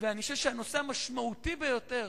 אני חושב שהנושא המשמעותי ביותר